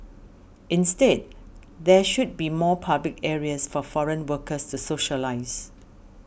instead there should be more public areas for foreign workers socialise